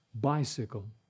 bicycle